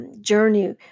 journey